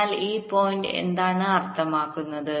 അതിനാൽ ഈ പോയിന്റ് എന്താണ് അർത്ഥമാക്കുന്നത്